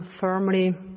firmly